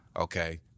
okay